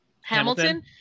Hamilton